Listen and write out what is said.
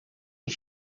est